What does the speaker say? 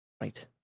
Right